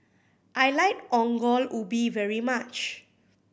I like Ongol Ubi very much